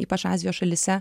ypač azijos šalyse